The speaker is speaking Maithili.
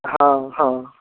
हँ हँ